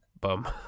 bum